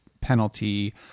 penalty